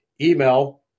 email